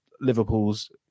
Liverpool's